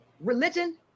religion